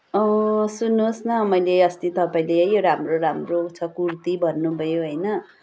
सुन्नुहोस् न मैले अस्ति तपाईँले है यो राम्रो राम्रो छ कुर्ती भन्नुभयो होइन